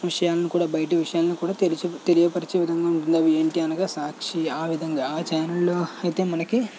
విషయాలను కూడా బయటి విషయాలను కూడా తెలియపరిచే విధంగా ఉంటుంది అవి ఏంటి అనగా సాక్షి ఆ విధంగా ఆ ఛానెల్లో అయితే మనకి